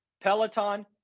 Peloton